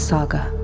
Saga